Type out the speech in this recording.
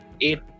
eight